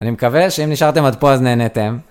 אני מקווה שאם נשארתם עד פה אז נהנתם.